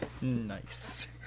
Nice